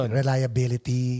reliability